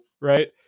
right